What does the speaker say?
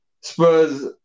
Spurs